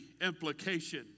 implication